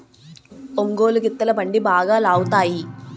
ఒంగోలు గిత్తలు బండి బాగా లాగుతాయి